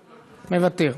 מוותר,